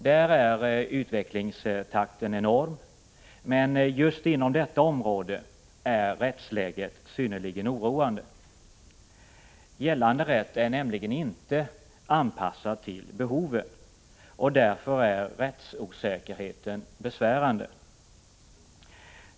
Där är utvecklingstakten enorm, men just inom detta område är rättsläget synnerligen oroande. Gällande lag är nämligen inte anpassad till behovet, och därför är rättsosäkerheten besvärande.